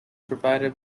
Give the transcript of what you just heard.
provided